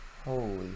Holy